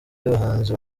y’abahanzi